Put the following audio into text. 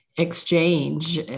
exchange